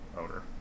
owner